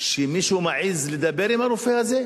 שמישהו מעז לדבר עם הרופא הזה?